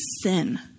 sin